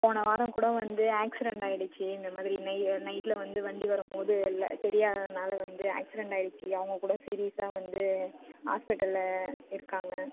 போன வாரம் கூட வந்து ஆக்சிடெண்ட் ஆயிடுச்சு இந்தமாதிரி நை நைட்டில் வந்து வண்டி வரும் போது இல்லை தெரியாததுனால வந்து ஆக்சிடெண்ட் ஆயிடுச்சு அவங்க கூட சீரியஸ்ஸாக வந்து ஹாஸ்பிட்டலில் இருக்காங்க